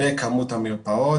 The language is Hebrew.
בכמות המרפאות.